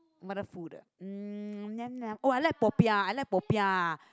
what the food the hmm yum yum oh I like popiah I like popiah